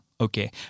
Okay